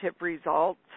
results